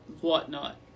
whatnot